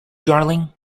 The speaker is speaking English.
darling